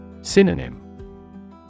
Synonym